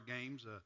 games